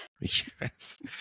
Yes